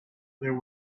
there